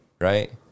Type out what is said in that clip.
Right